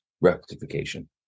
rectification